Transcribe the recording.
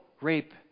rape